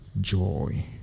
joy